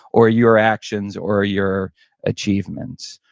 or your actions, or or your achievements.